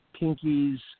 pinkies